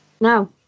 No